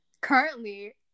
currently